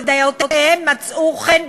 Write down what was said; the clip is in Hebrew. ודעותיהם מצאו חן בעיניו,